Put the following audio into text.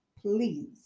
Please